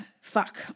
fuck